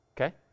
Okay